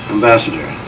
Ambassador